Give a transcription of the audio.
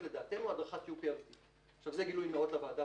לדעתנו הדרכת UPRT. גילוי נאות לוועדה,